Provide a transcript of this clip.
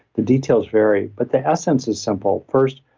the details vary, but the essence is simple. first,